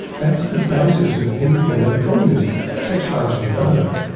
that's the basis of anything. now the problem is it takes time to develop,